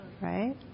right